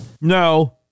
No